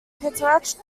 petrarch